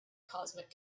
cosmic